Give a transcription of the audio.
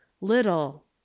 little